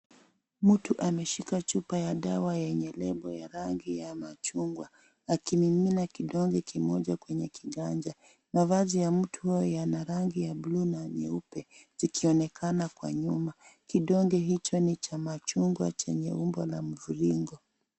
Mtu ameshika chupa ya dawa yenye lebo ya rangi ya machungwa akimimina kidonge kimoja kwenye kiganja. Mavazi ya mtu huyu yana rangi ya buluu na nyeupe zikionekana kwa nyuma. Kidonge hicho ni cha machungwa chenye umbo la mviringo.